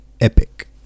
epic